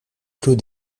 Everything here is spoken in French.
clos